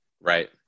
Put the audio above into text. Right